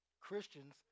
Christians